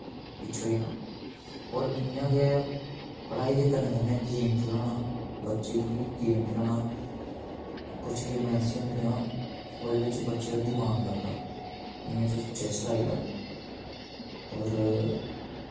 पिच्छें होई जाना और इ'यां गै पढ़ाई दे कन्नै कन्नै गेम खल्हाना बच्चे गी गेम खल्हाना कुछ गेमां ऐसियां होंदियां ओह्दे बिच्च बच्चे दा दिमाक लगदा जि'यां तुस चैस्स लाई लैओ और